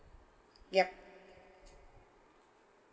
yup